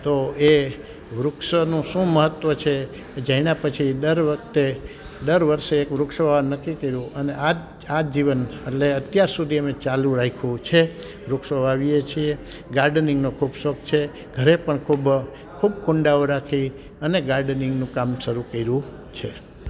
તો એ વૃક્ષનું શું મહત્વ છે એ જાણ્યા પછી દર વખતે દર વર્ષે એક વૃક્ષ વાવવાનું નક્કી કર્યું અને આજ આજીવન અટલે અત્યાર સુધી અમે ચાલુ રાખ્યું છે વૃક્ષો વાવીએ છીએ ગાર્ડનિંગનો ખૂબ શોખ છે ઘરે પણ ખૂબ ખૂબ કુંડાવરાથી અને ગાર્ડનિંગનું કામ શરૂ કર્યું છે